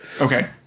Okay